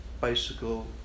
bicycle